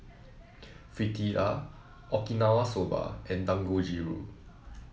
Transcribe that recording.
Fritada Okinawa Soba and Dangojiru